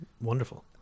wonderful